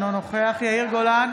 אינו נוכח יאיר גולן,